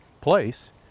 place